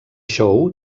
show